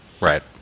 Right